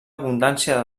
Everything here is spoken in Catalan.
abundància